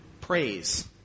praise